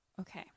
okay